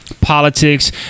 politics